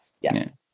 Yes